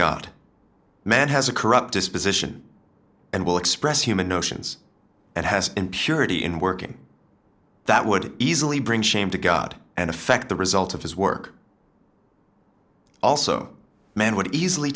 god man has a corrupt disposition and will express human notions and has in purity in working that would easily bring shame to god and affect the result of his work also men would easily